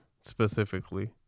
specifically